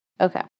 Okay